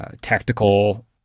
tactical